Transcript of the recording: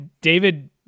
David